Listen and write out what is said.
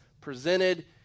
presented